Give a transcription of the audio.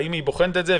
האם היא בוחנת את זה?